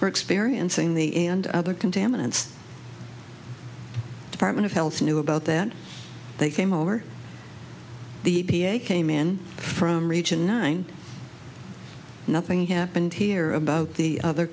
were experiencing the other contaminants department of health knew about that they came over the be a came in from region nine nothing happened here about the other